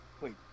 wait